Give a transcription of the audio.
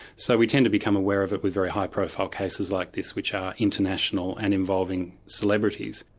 so we tend to become aware of it with very high profile cases like this which are international and involving celebrities.